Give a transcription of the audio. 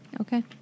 Okay